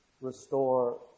restore